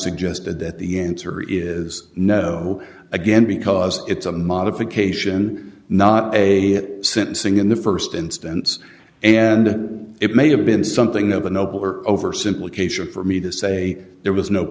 suggested that the answer is no again because it's a modification not a sentencing in the st instance and it may have been something of a noble or oversimplification for me to say there was no